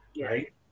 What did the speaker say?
right